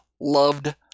loved